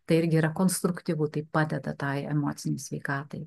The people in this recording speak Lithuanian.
tai irgi yra konstruktyvu tai padeda tai emocinei sveikatai